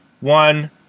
one